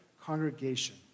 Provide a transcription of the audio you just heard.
congregation